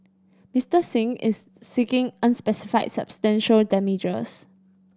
Mister Singh is seeking unspecified substantial damages